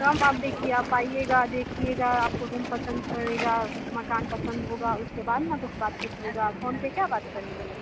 काम आप देखिएगा आप आइएगा देखिएगा आपको रूम पसंद पड़ेगा मकान पसंद होगा उसके बाद ना कुछ बातचीत होगी फ़ोन पर क्या बात करेंगे